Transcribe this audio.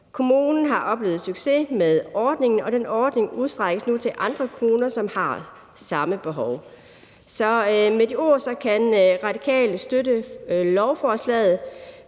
Kommunen har oplevet succes med ordningen, og den ordning udstrækkes nu til andre kommuner, som har samme behov. Så med de ord kan Radikale støtte lovforslaget.